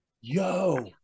Yo